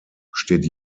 steht